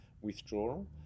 withdrawal